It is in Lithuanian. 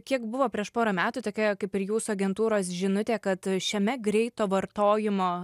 kiek buvo prieš porą metų tokia kaip ir jūsų agentūros žinutė kad šiame greito vartojimo